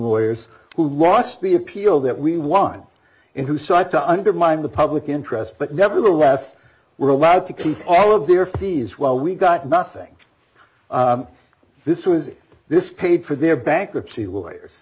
lawyers who lost the appeal that we won in who sought to undermine the public interest but nevertheless were allowed to keep all of their fees while we got nothing this was this paid for their bankruptcy